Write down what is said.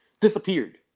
disappeared